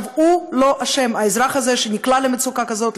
הוא לא אשם, האזרח הזה שנקלע למצוקה כזאת,